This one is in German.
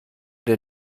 der